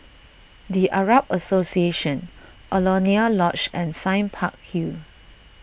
the Arab Association Alaunia Lodge and Sime Park Hill